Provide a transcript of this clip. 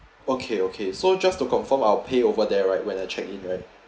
okay okay so just to confirm I'll pay over there right when I check in right